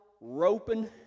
roping